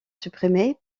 supprimé